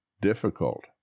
difficult